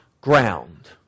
ground